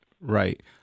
Right